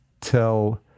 tell